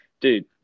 dude